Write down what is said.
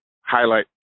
highlight